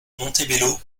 montebello